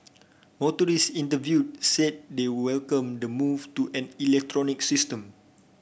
motorist interviewed said they welcome the move to an electronic system